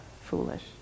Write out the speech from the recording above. foolish